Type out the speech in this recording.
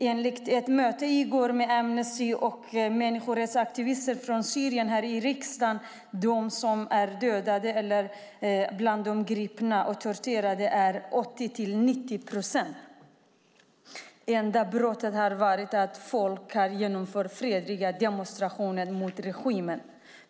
Enligt information vid ett möte här i riksdagen i går med företrädare för Amnesty och människorättsaktivister från Syrien har 80-90 procent av de gripna torterats eller är mördade och försvunna. Det enda brottet har varit att folk har genomfört fredliga demonstrationer mot regimen.